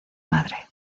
madre